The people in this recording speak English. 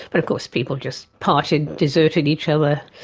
but of course people just parted, deserted each other,